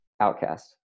outcast